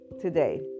today